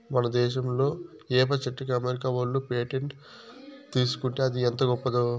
మన దేశంలా ఏప చెట్టుకి అమెరికా ఓళ్ళు పేటెంట్ తీసుకుంటే అది ఎంత గొప్పదో